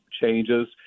changes